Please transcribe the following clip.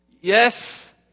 Yes